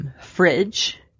fridge